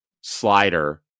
slider